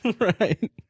Right